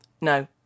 no